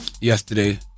yesterday